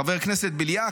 חבר הכנסת בליאק,